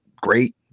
great